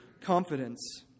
confidence